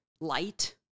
light